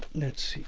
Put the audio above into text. let's